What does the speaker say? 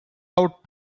out